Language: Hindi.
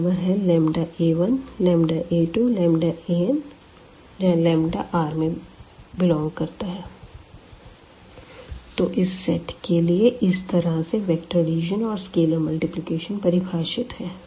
a1a2ana1a2an R तो इस सेट के लिए इस तरह से वेक्टर एडिशन और स्केलर मल्टीप्लिकेशन परिभाषित है